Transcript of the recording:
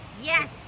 Yes